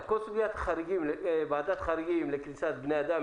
כל סוגית ועדת החריגים לכניסת בני אדם,